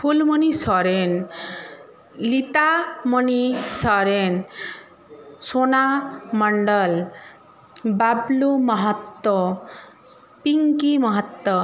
ফুল Moni Soren Lita Moni Soren Sona Mandal Bablu Mahato Pinky Mahato